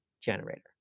generator